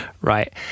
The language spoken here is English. right